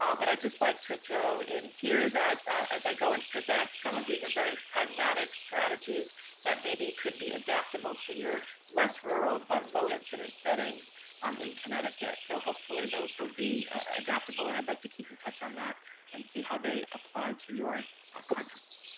um but i'd just like to throw in here that as i go and present, some of these are very pragmatic strategies that maybe could be adaptable to your less rural but low incidence settings um in connecticut. so hopefully those will be adaptable and i'd like to keep in touch on that and see how they apply to your contact.